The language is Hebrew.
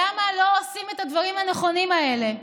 למה לא עושים את הדברים הנכונים האלה?